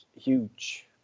huge